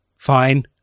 fine